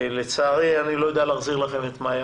לצערי אני לא יודע להחזיר לכם את מאיה